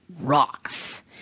rocks